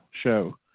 show